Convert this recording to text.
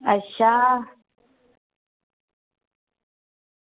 अच्छा